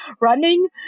running